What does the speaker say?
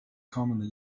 commonly